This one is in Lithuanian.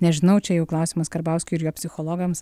nežinau čia jau klausimas karbauskiui ir jo psichologams